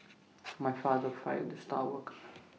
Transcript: my father fired the star worker